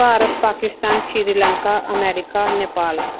Bharat Pakistan Sri Lanka America Nepal